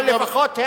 אבל לפחות הם,